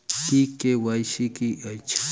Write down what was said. ई KYC की अछि?